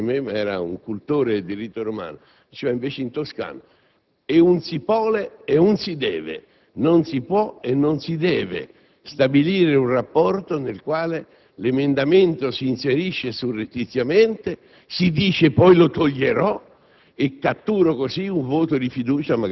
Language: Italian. Diceva il professor Biondi, che si chiamava come me ma era un cultore del diritto romano, in dialetto toscano: «E 'n si pole e 'n si deve», cioè non si può e non si deve stabilire un rapporto in cui l'emendamento si inserisce surrettiziamente, si dice che poi lo si toglierà